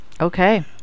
Okay